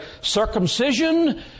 circumcision